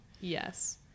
Yes